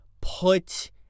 put